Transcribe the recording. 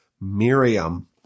Miriam